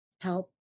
help